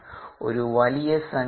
ഒരുവലിയ സംഖ്യയാണ്